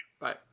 Bye